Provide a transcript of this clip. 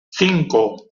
cinco